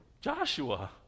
Joshua